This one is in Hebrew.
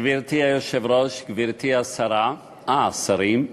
גברתי היושבת-ראש, רבותי השרים,